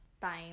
time